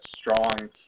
strong